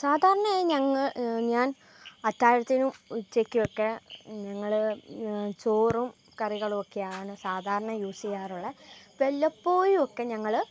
സാധാരണയായി ഞങ്ങൾ ഞാൻ അത്താഴത്തിനും ഉച്ചക്കുമൊക്കെ ഞങ്ങൾ ചോറും കറികളുമൊക്കെയാണ് സാധാരണ യൂസ് ചെയ്യാറുള്ളെ വല്ലപ്പോഴുമൊക്കെ ഞങ്ങൾ